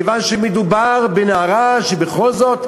מכיוון שמדובר בנערה שבכל זאת,